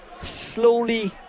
slowly